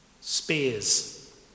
Spears